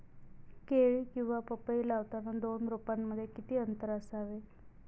केळी किंवा पपई लावताना दोन रोपांमध्ये किती अंतर असावे?